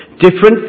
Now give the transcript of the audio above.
Different